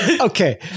Okay